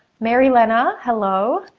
mary len-a, hello.